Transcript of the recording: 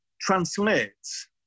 translates